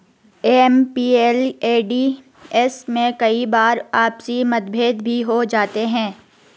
MPLADS में कई बार आपसी मतभेद भी हो जाते हैं